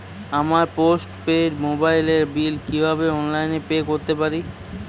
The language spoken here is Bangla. আমার পোস্ট পেইড মোবাইলের বিল কীভাবে অনলাইনে পে করতে পারি?